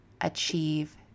achieve